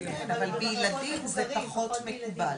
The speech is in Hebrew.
אבל בילדים זה פחות מקובל,